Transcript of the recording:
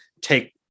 take